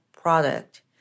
product